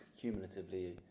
cumulatively